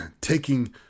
taking